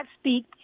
speak